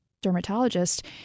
dermatologist